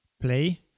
play